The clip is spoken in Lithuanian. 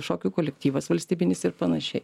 šokių kolektyvas valstybinis ir panašiai